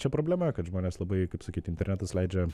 čia problema kad žmonės labai kaip sakyt internetas leidžia